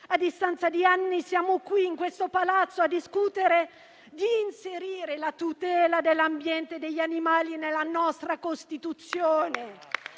a distanza di anni siamo qui, in questo Palazzo, a discutere di inserire la tutela dell'ambiente e degli animali nella nostra Costituzione.